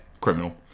criminal